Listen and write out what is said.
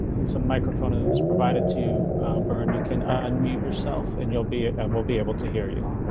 once a microphone ah is provided to burn you can unmute yourself and you'll be um will be able to hear you.